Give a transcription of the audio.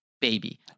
baby